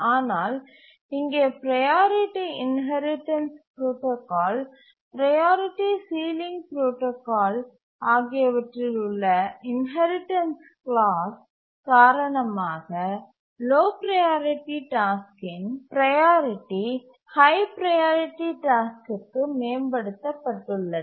ஆனால் இங்கே priority inheritance protocol priority ceiling protocol ஆகியவற்றில் உள்ள இன்ஹெரிடன்ஸ் க்ளாஸ் காரணமாக லோ ப்ரையாரிட்டி டாஸ்க்கின் ப்ரையாரிட்டி ஹய் ப்ரையாரிட்டி டாஸ்க்கிற்கு மேம்படுத்தப்பட்டுள்ளது